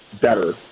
better